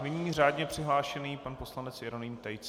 Nyní řádně přihlášený pan poslanec Jeroným Tejc.